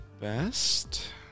best